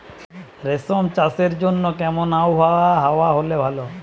রেশম চাষের জন্য কেমন আবহাওয়া হাওয়া হলে ভালো?